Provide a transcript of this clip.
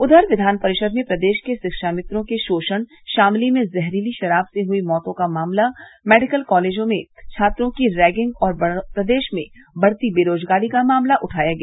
उघर विघान परिषद में प्रदेश के शिक्षामित्रों के शोषण शमली में जहरीली शराब से हयी मौतों का मामला मेडिकल कालेजों में छात्रों की रैगिंग और प्रदेश में बढ़ती बेरोजगारी का मामला उठाया गया